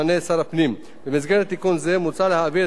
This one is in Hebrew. במסגרת תיקון זה מוצע להעביר את הפיקוח על בחירת נציגי